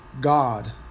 God